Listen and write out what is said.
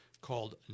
called